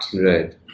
Right